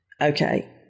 Okay